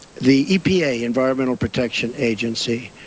the epa, environmental protection agency,